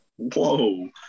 Whoa